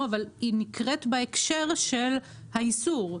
אבל הוא נקרא בהקשר של האיסור.